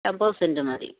അൻപത് സെൻ്റ് മതി